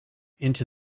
into